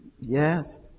Yes